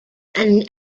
and